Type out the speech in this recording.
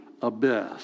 abyss